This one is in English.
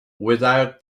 without